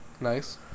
Nice